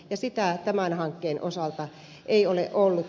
sitä tämän hankkeen osalta ei ole ollut